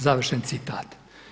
Završen citat.